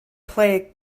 play